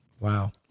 Wow